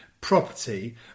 property